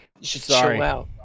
Sorry